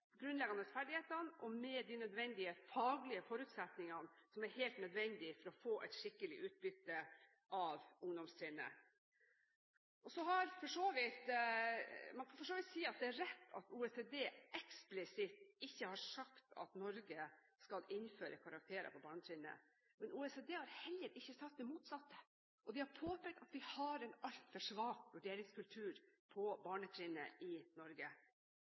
grunnleggende ferdighetene, og med de nødvendige faglige forutsetningene som er helt nødvendige for å få et skikkelig utbytte av ungdomstrinnet. Man kan for så vidt si at det er riktig at OECD eksplisitt ikke har sagt at Norge skal innføre karakterer på barnetrinnet. Men OECD har heller ikke sagt det motsatte – de har påpekt at vi har en altfor svak vurderingskultur på barnetrinnet i Norge.